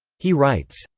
he writes,